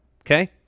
okay